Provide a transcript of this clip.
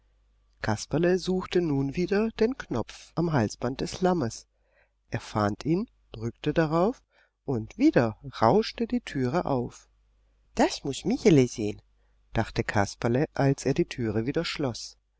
kasperle suchte nun wieder den knopf am halsband des lammes er fand ihn drückte darauf und wieder rauschte die türe auf das muß michele sehen dachte kasperle als er die türe wieder schloß